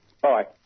Bye